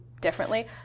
differently